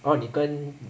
哦你跟